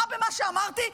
מה במה שאמרתי,